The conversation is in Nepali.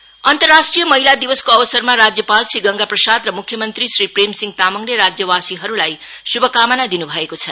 मेसेज अन्तर्राष्ट्रिय महिला दिवसको अवसरमा राज्यपाल श्री गंगाप्रसाद र मुख्यमन्त्री श्री प्रेम सिंह तामाङले राज्यबासीहरूलाई शुभकामना दिनु भएको छ